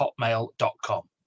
Hotmail.com